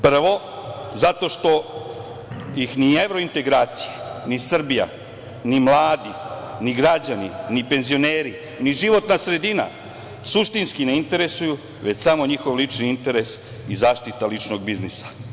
Prvo, zato što ih ni evrointegracije, ni Srbija, ni mladi, ni građani, ni penzioneri, ni životna sredina, suštinski, ne interesuju, već samo njihov lični interes i zaštita ličnog biznisa.